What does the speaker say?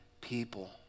people